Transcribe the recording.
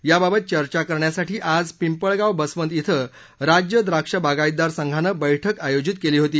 याबाबत चर्चा करण्यासाठी आज पिंपळगाव बसवंत ॐ राज्य द्राक्ष बागाईतदार संघानं बैठक आयोजित केली होती